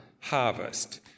harvest